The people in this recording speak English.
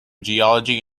geology